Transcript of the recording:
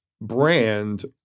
brand